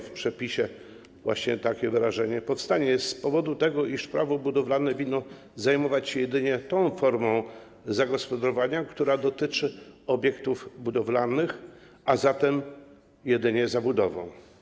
W przepisie właśnie takie wyrażenie powstanie z powodu tego, iż Prawo budowlane winno zajmować się jedynie tą formą zagospodarowania, która dotyczy obiektów budowlanych, a zatem jedynie zabudową.